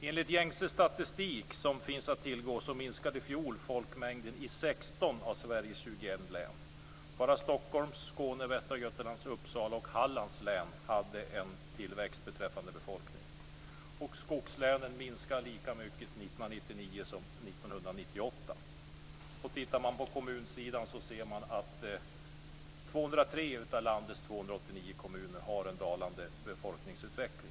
Enligt gängse statistik minskade folkmängden i fjol i 16 av Sveriges 21 län. Bara Stockholms, Skåne, Västra Götalands, Uppsala och Hallands län hade en tillväxt beträffande befolkning. Skogslänen minskar i befolkningsmängd lika mycket 1999 som 1998. På kommunsidan har 203 av landets 289 kommuner en dalande befolkningsutveckling.